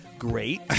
Great